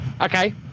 Okay